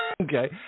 Okay